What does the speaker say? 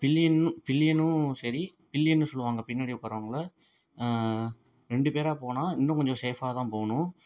billion பில்லியனும் சரி பில்லியன்னு சொல்லுவாங்க பின்னாடி உட்கார்றவங்கள ரெண்டுப் பேராக போனால் இன்னும் கொஞ்சம் சேஃபாக தான் போகணும்